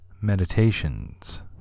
meditations